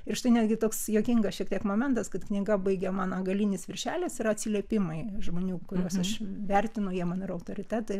ir štai netgi toks juokingas šiek tiek momentas kad knyga baigiama galinis viršelis yra atsiliepimai žmonių kuriuos aš vertinu jie man yra autoritetai